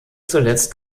zuletzt